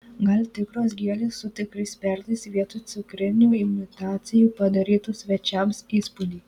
gal tikros gėlės su tikrais perlais vietoj cukrinių imitacijų padarytų svečiams įspūdį